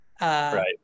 Right